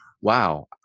wow